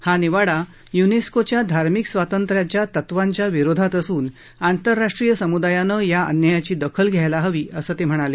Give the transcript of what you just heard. हा निवाडा यनेस्कोच्या धार्मिक स्वातंत्र्याच्या तत्वांच्या विरोधात असून आंतरराष्ट्रीय सम्दायानं या अन्यायाची दखल घ्यायला हवी असं ते म्हणाले